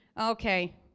okay